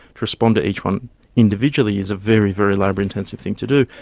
to respond to each one individually is a very, very labour-intensive thing to do,